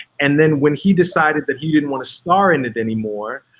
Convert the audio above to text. and then when he decided that he didn't wanna star in it anymore,